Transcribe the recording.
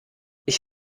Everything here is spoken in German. ich